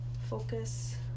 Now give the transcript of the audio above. focus